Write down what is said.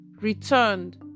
returned